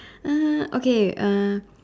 uh okay uh